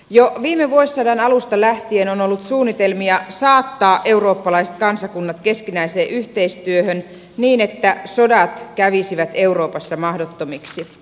jo viime vuosisadan alusta lähtien on ollut suunnitelmia saattaa eurooppalaiset kansakunnat keskinäiseen yhteistyöhön niin että sodat kävisivät euroopassa mahdottomiksi